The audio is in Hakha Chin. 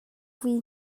vui